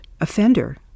offender